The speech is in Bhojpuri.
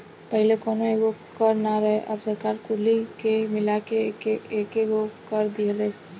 पहिले कौनो एगो कर ना रहे अब सरकार कुली के मिला के एकेगो कर दीहलस